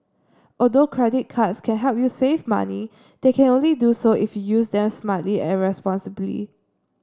although credit cards can help you save money they can only do so if you use them smartly and responsibly